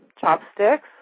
chopsticks